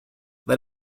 let